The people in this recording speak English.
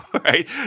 right